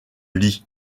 lee